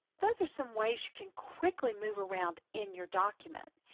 those are some ways you can quickly move around in your document.